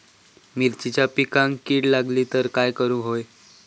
मिरचीच्या पिकांक कीड लागली तर काय करुक होया?